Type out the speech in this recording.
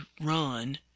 run